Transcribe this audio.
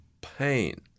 pain